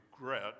regret